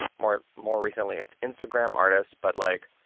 more more recently its instagram artist. but, like,